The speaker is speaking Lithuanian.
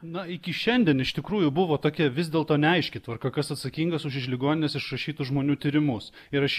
na iki šiandien iš tikrųjų buvo tokia vis dėlto neaiški tvarka kas atsakingas už iš ligoninės išrašytų žmonių tyrimus ir aš